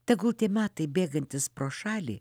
tegul tie metai bėgantys pro šalį